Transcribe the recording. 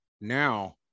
Now